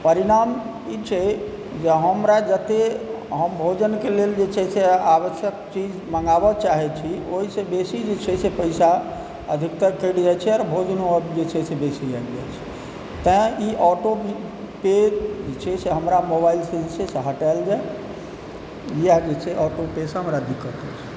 परिणाम ई छै जे हमरा जतेक हम भोजनके लेल जे छै से आवश्यक चीज मँगाबऽ चाहै छी ओहिसँ बेसी जे छै से पैसा अधिकतर कटि जाइ छै आर भोजनो जे छै से बेसी आबि जाइ छै तेँ ई ऑटो पे भी जे छै से हमरा मोबाइलसँ जे छै से हटाएल जाइ इएह जे छै ऑटो पेसँ हमरा दिक्कत अछि